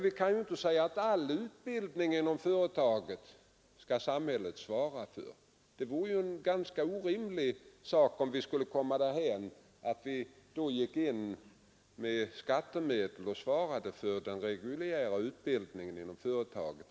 Vi kan inte begära att samhället skall svara för all utbildning inom företagen. Det vore ganska orimligt, om vi kom därhän att vi med skattemedel svarade för den reguljära utbildningen inom företagen.